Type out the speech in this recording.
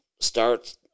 start